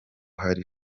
hari